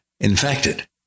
infected